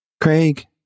Craig